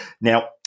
Now